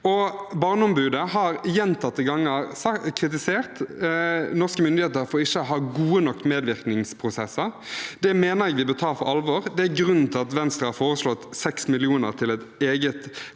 Barneombudet har gjentatte ganger kritisert norske myndigheter for ikke å ha gode nok medvirkningsprosesser. Det mener jeg vi bør ta på alvor. Det er grunnen til at Venstre har foreslått 6 mill. kr til et eget